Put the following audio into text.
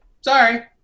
sorry